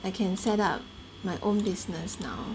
I can set up my own business now